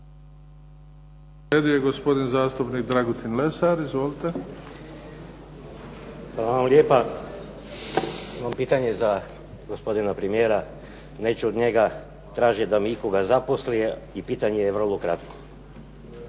(Nezavisni)** Imam pitanje za gospodina premijera. Neću od njega tražiti da mi ikoga zaposli i pitanje je vrlo kratko.